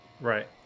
Right